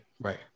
Right